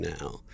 now